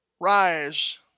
Rise